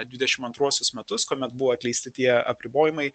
dvidešimt antruosius metus kuomet buvo atleisti tie apribojimai